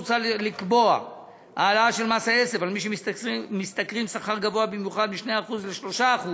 מוצע לקבוע העלאה של מס היסף על מי שמשתכרים שכר גבוה במיוחד מ-2% ל-3%